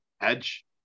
Edge